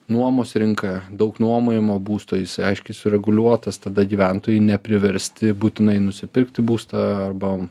nuomos rinką daug nuomojamo būsto jisai aiškiai sureguliuotas tada gyventojai nepriversti būtinai nusipirkti būstą arba